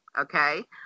okay